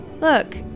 Look